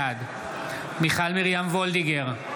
בעד מיכל מרים וולדיגר,